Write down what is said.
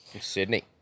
Sydney